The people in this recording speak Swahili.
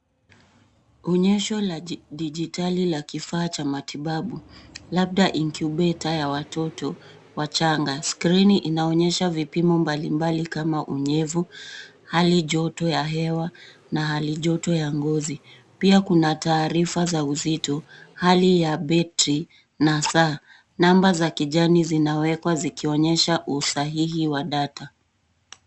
Onyesho la dijitali la kifaa cha matibabu, labda incubator ya watoto wachanga. Skrini inaonyesha vipimo mbalimbali kama unyevu, hali joto ya hewa na hali joto ya ngozi. Pia kuna taarifa za uzito, hali ya betri na saa. Namba za kijani zinawekwa zikionyesha usahihi wa data.